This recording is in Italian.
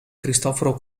cristoforo